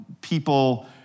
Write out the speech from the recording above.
people